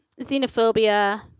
xenophobia